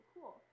cool